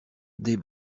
des